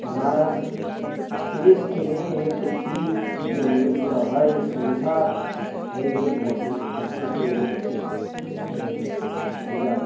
हमारा देश ही नही यह पृथ्वी जो है यह पूरा वर्ड संसार है यह बहुत ही अच्छे से व्यवस्थित हो जाए